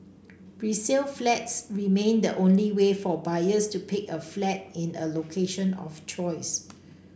resale flats remain the only way for buyers to pick a flat in a location of choice